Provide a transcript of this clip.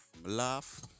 laugh